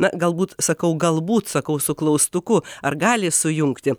na galbūt sakau galbūt sakau su klaustuku ar gali sujungti